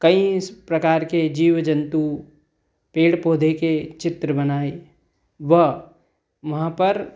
कई प्रकार के जीव जंतु पेड़ पौधे के चित्र बनाए वा वहाँ पर